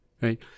Right